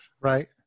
Right